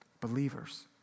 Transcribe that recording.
believers